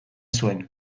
zuen